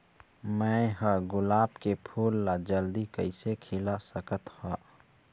मैं ह गुलाब के फूल ला जल्दी कइसे खिला सकथ हा?